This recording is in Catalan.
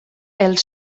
els